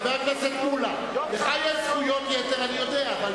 חבר הכנסת מולה, לך יש זכויות יתר, אני יודע.